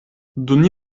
doni